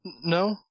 No